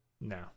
No